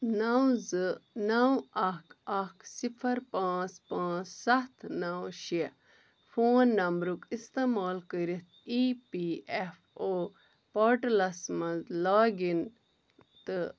نَو زٕ نَو اکھ اکھ صفر پانٛژھ پانٛژھ ستھ نَو شےٚ فون نمبرُک استعمال کٔرِتھ E P F O portals مَنٛز لاگ اِن تہٕ